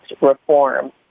reform